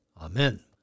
Amen